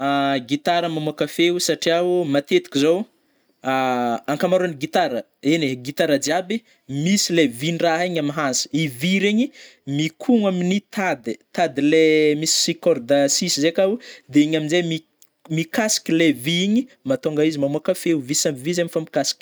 Gitara mamoaka feo satria o matetiky zao a ankamaroagny gitara, eny e gitara jiaby, misy le vin-draha igny ami hanse I vy regny mikogna amin'ny tady - tady le misy corde six ze akao de igny amzay mikasiky le vy igny matônga izy mamoaka feo, vy samy vy zegny mifampikasiky.